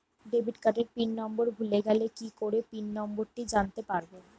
Debit কার্ডের pin number ভুলে গেলে কি করে পিন নম্বরটি জানতে পারবো?